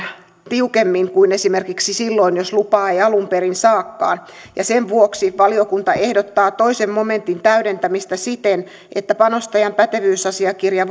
tiukemmin kuin esimerkiksi silloin jos lupaa ei alun perin saakaan ja sen vuoksi valiokunta ehdottaa toisen momentin täydentämistä siten että panostajan pätevyysasiakirja